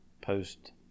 post